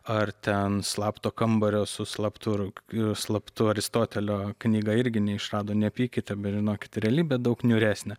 ar ten slapto kambario su slaptu rug slaptu aristotelio knyga irgi neišrado nepykite bet žinokite realybė daug niūresnė